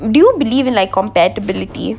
do you believe in like compatibility